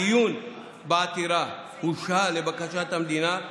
הדיון בעתירה הושהה לבקשת המדינה,